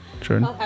Jordan